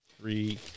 Three